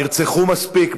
נרצחו מספיק,